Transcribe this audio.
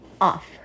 off